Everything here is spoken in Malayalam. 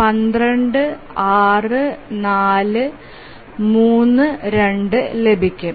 12 6 4 3 2 ലഭിക്കും